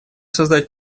создать